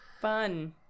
Fun